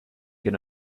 can